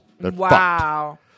Wow